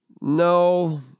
No